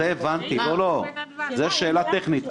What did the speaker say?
את זה הבנתי, זאת שאלה טכנית.